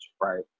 right